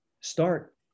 start